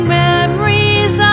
memories